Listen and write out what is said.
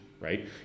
right